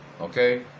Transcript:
Okay